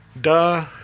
duh